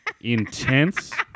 intense